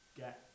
get